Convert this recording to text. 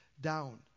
down